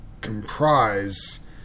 comprise